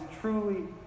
truly